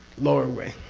lower way,